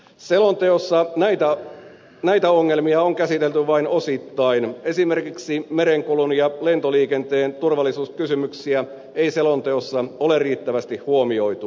selonteossa näitä ongelmia on käsitelty vain osittain esimerkiksi merenkulun ja lentoliikenteen turvallisuuskysymyksiä ei selonteossa ole riittävästi huomioitu